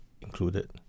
included